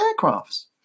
aircrafts